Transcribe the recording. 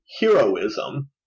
heroism